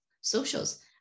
socials